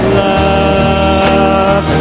love